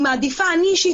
אני אישית,